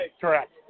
Correct